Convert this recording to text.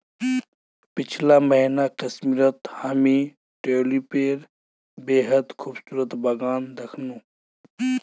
पीछला महीना कश्मीरत हामी ट्यूलिपेर बेहद खूबसूरत बगान दखनू